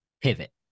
pivot